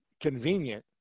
convenient